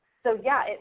so yeah,